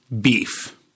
beef